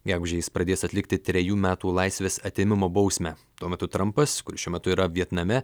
gegužę jis pradės atlikti trejų metų laisvės atėmimo bausmę tuo metu trampas kuris šiuo metu yra vietname